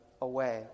away